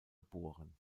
geboren